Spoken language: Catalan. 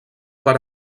per